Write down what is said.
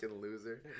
loser